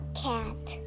cat